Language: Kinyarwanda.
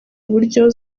uburyo